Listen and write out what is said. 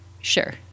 Sure